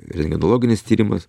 rentgenologinis tyrimas